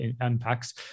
impacts